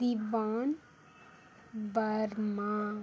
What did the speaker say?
Diwan Verma